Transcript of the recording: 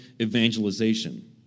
evangelization